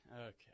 Okay